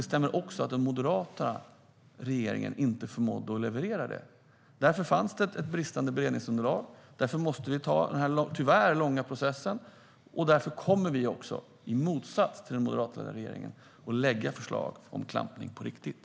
Det stämmer också att den moderata regeringen inte förmådde leverera det. Därför fanns det ett bristande beredningsunderlag. Därför måste vi tyvärr ha den här långa processen. Och därför kommer vi, i motsats till den moderatledda regeringen, att lägga fram förslag om klampning på riktigt.